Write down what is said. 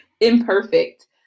Imperfect